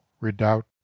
redoubt